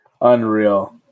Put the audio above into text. Unreal